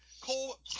Cole